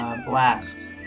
Blast